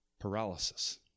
paralysis